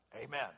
Amen